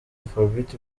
afrobeat